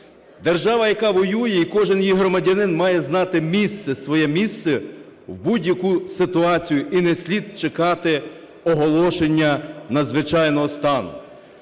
Держава, яка воює, і кожен її громадянин має знати місце, своє місце в будь-яку ситуацію і не слід чекати оголошення надзвичайного стану.